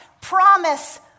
promise